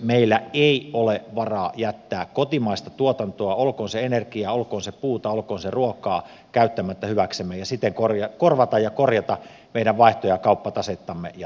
meillä ei ole varaa jättää kotimaista tuotantoa olkoon se energiaa olkoon se puuta olkoon se ruokaa käyttämättä hyväksemme ja siten korvaamatta ja korjaamatta meidän vaihto ja kauppatasettamme ja talouttamme